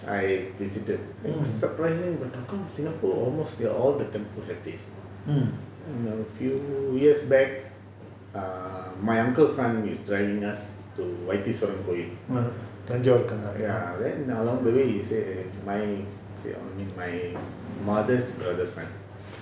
mm mm tanjavur கு அந்த பக்கம்:ku antha pakkam